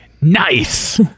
Nice